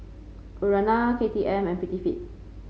Urana K T M and Prettyfit